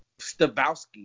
Stavowski